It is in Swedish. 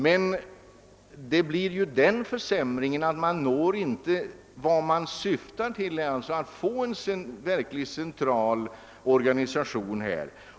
Men det skulle ändå innebära den försämringen att man inte når vad man syftar till: att få en verkligt central organisation.